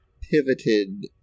pivoted